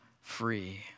free